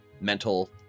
Mental